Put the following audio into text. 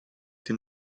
den